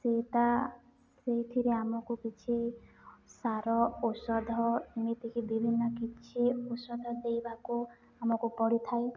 ସେଇଟା ସେଇଥିରେ ଆମକୁ କିଛି ସାର ଔଷଧ ଏମିତିକି ବିଭିନ୍ନ କିଛି ଔଷଧ ଦେବାକୁ ଆମକୁ ପଡ଼ିଥାଏ